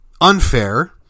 unfair